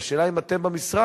והשאלה היא אם אתם במשרד,